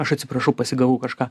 aš atsiprašau pasigavau kažką